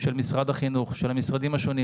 משרד החינוך והמשרדים השונים.